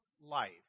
life